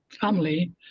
family